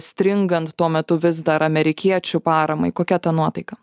stringant tuo metu vis dar amerikiečių paramai kokia ta nuotaika